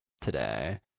today